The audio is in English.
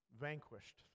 vanquished